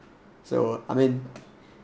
so I mean